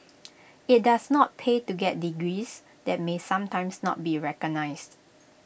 IT does not pay to get degrees that may sometimes not be recognised